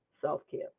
self-care